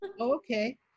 Okay